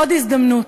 עוד הזדמנות.